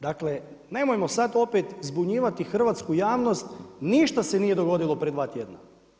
Dakle, nemojmo sad opet zbunjivati hrvatsku javnost, ništa se nije dogodilo prije 2 tjedna.